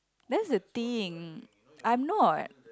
that's the thing I'm not